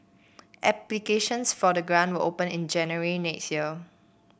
applications for the grant will open in January next year